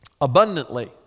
abundantly